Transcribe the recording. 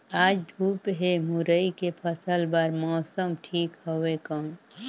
आज धूप हे मुरई के फसल बार मौसम ठीक हवय कौन?